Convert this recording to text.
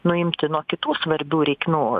nuimti nuo kitų svarbių reikmių